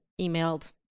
emailed